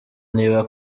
niba